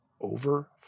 over